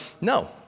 No